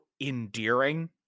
endearing